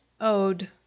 Ode